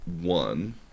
One